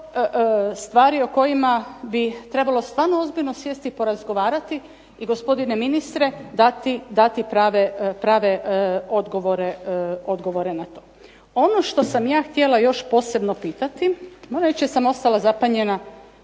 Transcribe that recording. stvari o kojima bi trebalo stvarno ozbiljno sjesti i porazgovarati i gospodine ministre dati prave odgovore na to. Ono što sam ja htjela još posebno pitati, moram reći da sam ostala zapanjena